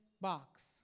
box